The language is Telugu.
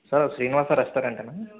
సార్ శ్రీనివాసా రెస్టారెంటేనా